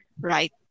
right